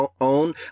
own